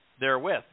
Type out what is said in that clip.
Therewith